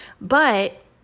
But-